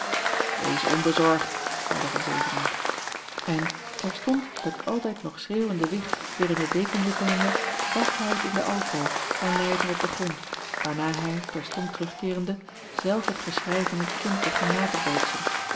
wees onbezorgd zeide van zevenaer en terstond het altijd nog schreeuwende wicht weêr in den deken wikkelende bracht hij het in de alkoof en leî het er op den grond waarna hij terstond terugkeerende zelf het geschrei van een kind begon na te bootsen